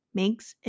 makes